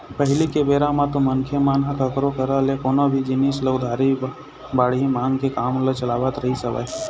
पहिली के बेरा म तो मनखे मन ह कखरो करा ले कोनो भी जिनिस ल उधारी बाड़ही मांग के काम ल चलावत रहिस हवय